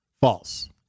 False